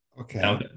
Okay